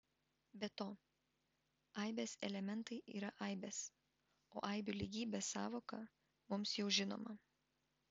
be to aibės elementai yra aibės o aibių lygybės sąvoka mums jau žinoma